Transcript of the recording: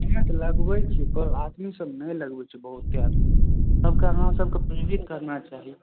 हमे तऽ लगबै छियै कोइ आदमी सब नहि लगबै छै बहुते आदमी सबके अहाँ सबके प्रेरित करना चाही